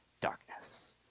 darkness